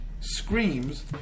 screams